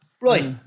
Right